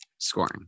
scoring